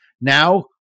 Now